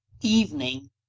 Evening